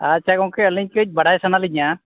ᱟᱪᱪᱷᱟ ᱜᱚᱝᱠᱮ ᱟᱹᱞᱤᱧ ᱪᱮᱫ ᱵᱟᱲᱟᱭ ᱥᱟᱱᱟᱞᱤᱧᱟᱹ